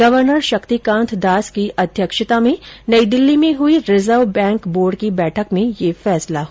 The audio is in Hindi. गवर्नर शक्तिकांत दास की अध्यक्षता में नई दिल्ली में हई रिजर्व बैंक बोर्ड की बैठक में ये फैसला हुआ है